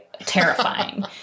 terrifying